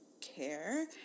care